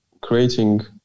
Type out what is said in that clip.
creating